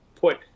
put